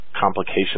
complications